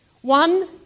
One